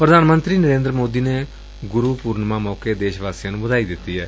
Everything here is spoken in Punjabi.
ਪ੍ਧਾਨ ਮੰਤਰੀ ਨਰੇਂਦਰ ਮੋਦੀ ਨੇ ਗੁਰੂ ਪੂਰਨਿਮਾ ਮੌਕੇ ਦੇਸ਼ ਵਾਸੀਆਂ ਨੂੰ ਵਧਾਈ ਦਿੱਤੀ ਏ